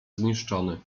zniszczony